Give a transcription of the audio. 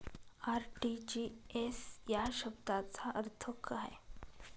RTGS या शब्दाचा अर्थ काय?